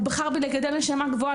הוא בחר בי לגדל נשמה גבוהה.